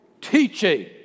Teaching